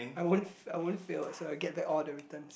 I won't I won't feel so I get back all the returns